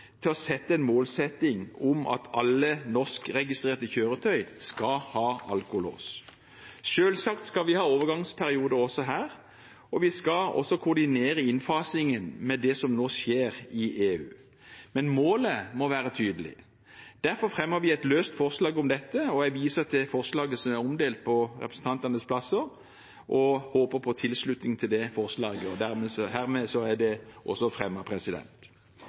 til å ha en målsetting om at alle norskregistrerte kjøretøy skal ha alkolås. Selvsagt skal vi ha overgangsperioder også her, og vi skal også koordinere innfasingen med det som nå skjer i EU, men målet må være tydelig. Derfor har vi et løst forslag om dette. Jeg viser til forslaget som er omdelt på representantenes plasser, og håper på tilslutning til det forslaget.